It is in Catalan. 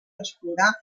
explorar